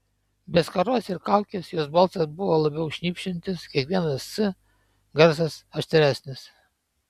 be skaros ir kaukės jos balsas buvo labiau šnypščiantis kiekvienas s garsas aštresnis